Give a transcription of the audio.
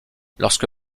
lorsque